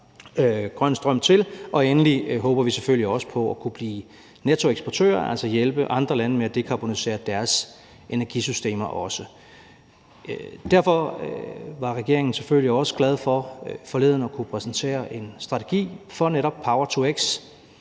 grøn strøm til det. Og endelig håber vi selvfølgelig også på at kunne blive nettoeksportør og altså også hjælpe andre lande med at dekarbonisere deres energisystemer. Derfor var regeringen selvfølgelig også forleden glad for at kunne præsentere en strategi for netop power-to-x